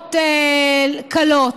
עבירות קלות.